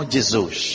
Jesus